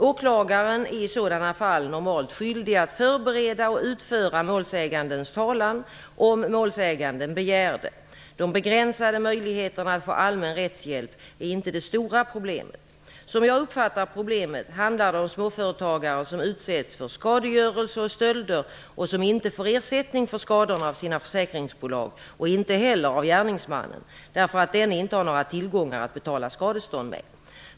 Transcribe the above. Åklagaren är i sådana fall normalt skyldig att förbereda och utföra målsägandens talan, om målsäganden begär det. De begränsade möjligheterna att få allmän rättshjälp är inte det stora problemet. Som jag uppfattar problemet handlar det om småföretagare som utsätts för skadegörelse och stölder och som inte får ersättning för skadorna av sina försäkringsbolag och inte heller av gärningsmannen därför att denne inte har några tillgångar att betala skadestånd med.